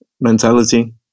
mentality